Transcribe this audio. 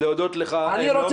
להודות לך מעומק